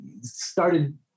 started